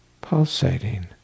pulsating